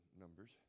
numbers